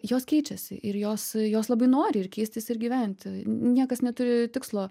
jos keičiasi ir jos jos labai nori ir keistis ir gyventi niekas neturi tikslo